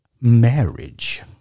marriage